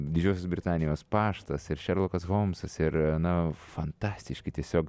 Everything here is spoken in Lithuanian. didžiosios britanijos paštas ir šerlokas homsas ir na fantastiški tiesiog